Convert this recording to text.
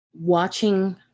watching